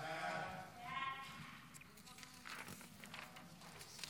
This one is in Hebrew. חוק הגנת הפרטיות (תיקון מס' 13), התשפ"ד